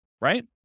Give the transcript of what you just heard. right